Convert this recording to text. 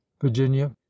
Virginia